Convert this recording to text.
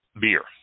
beer